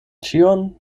ĉion